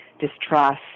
distrust